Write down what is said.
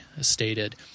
stated